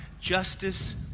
justice